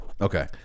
Okay